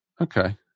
Okay